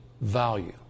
value